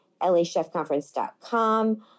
LAchefconference.com